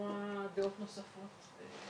לשמוע דעות נוספות.